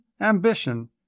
ambition